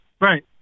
Right